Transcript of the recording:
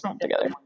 together